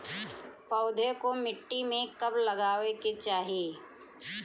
पौधे को मिट्टी में कब लगावे के चाही?